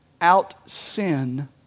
out-sin